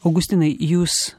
augustinai jūs